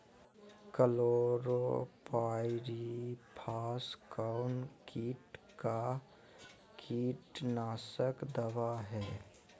Chlorpyrifos कौन किट का कीटनाशक दवा है?